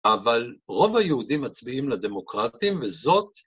אבל רוב היהודים מצביעים לדמוקרטים, וזאת...